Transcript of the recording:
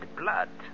blood